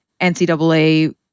NCAA